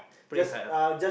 pray hard ah